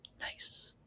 Nice